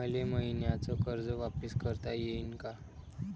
मले मईन्याचं कर्ज वापिस करता येईन का?